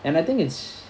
and I think it's